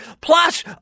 Plus